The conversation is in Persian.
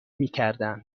میکردن